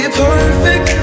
perfect